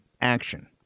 action